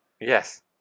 yes